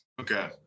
Okay